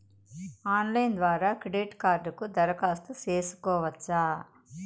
Online ద్వారా credit కార్డుకు దరఖాస్తు సేసుకోవచ్చా?